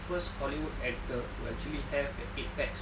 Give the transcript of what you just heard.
first hollywood actor to actually have the eight packs